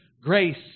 grace